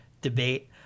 debate